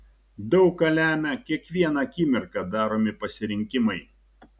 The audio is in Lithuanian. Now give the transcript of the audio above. daug ką lemią kiekvieną akimirką daromi pasirinkimai